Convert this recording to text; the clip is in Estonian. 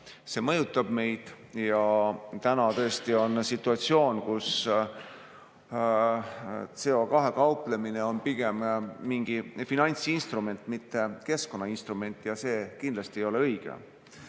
See mõjutab meid. Praegu tõesti on situatsioon, kus CO2‑ga kauplemine on pigem nagu mingi finantsinstrument, mitte keskkonnainstrument, aga see kindlasti ei ole õige.